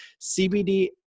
CBD